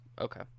Okay